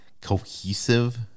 cohesive